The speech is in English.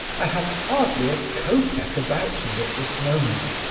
i have hardly a copeck about me at this moment.